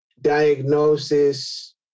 diagnosis